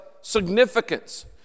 significance